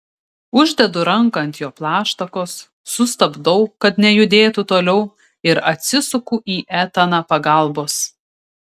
uždedu ranką ant jo plaštakos sustabdau kad nejudėtų toliau ir atsisuku į etaną pagalbos